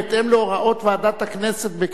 בהתאם להוראות ועדת הכנסת,